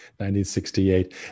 1968